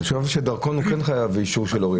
אני חושב שדרכון הוא כן חייב באישור של הורים,